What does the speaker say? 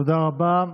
תודה רבה.